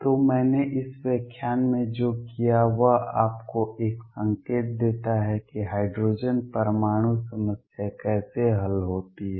तो मैंने इस व्याख्यान में जो किया है वह आपको एक संकेत देता है कि हाइड्रोजन परमाणु समस्या कैसे हल होती है